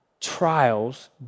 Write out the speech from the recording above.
Trials